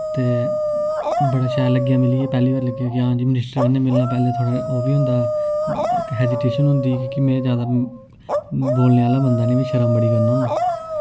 ते बड़ा शैल लग्गेआ मिलियै पैह्ली बार लग्गेआ